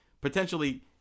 potentially